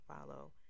follow